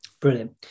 Brilliant